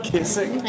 Kissing